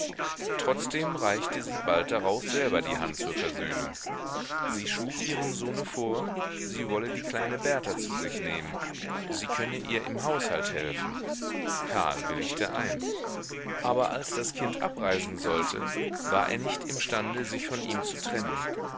trotzdem reichte sie bald darauf selber die hand zur versöhnung sie schlug ihrem sohne vor sie wolle die kleine berta zu sich nehmen sie könne ihr im haushalt helfen karl willigte ein aber als das kind abreisen sollte war er nicht imstande sich von ihm zu trennen